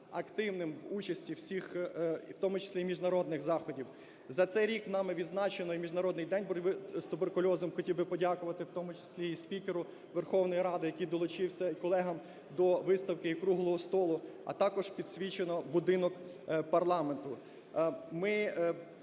активним в участі у всіх, у тому числі, і міжнародних заходів. За цей рік нами відзначено і Міжнародний день боротьби з туберкульозом. Хотів би подякувати, в тому числі, і спікеру Верховної Ради, який долучився, і колегам, до виставки і круглого столу, а також підсвічено будинок парламенту.